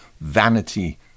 Vanity